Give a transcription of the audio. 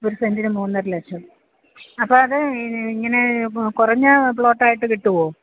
ഒര് സെൻ്റിന് മൂന്നര ലക്ഷം അപ്പം അത് ഇങ്ങനെ ഇപ്പോൾ കുറഞ്ഞ പ്ലോട്ടായിട്ട് കിട്ടുമോ